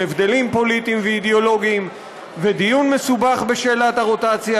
עם הבדלים פוליטיים ואידיאולוגיים ודיון מסובך בשאלת הרוטציה,